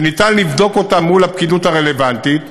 שאפשר לבדוק אותם מול הפקידות הרלוונטית,